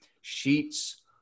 Sheets